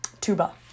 tuba